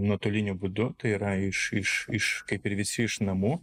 nuotoliniu būdu tai yra iš iš kaip ir visi iš namų